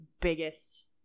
biggest